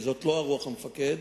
וזאת לא רוח המפקד: